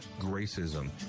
Gracism